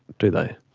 do they?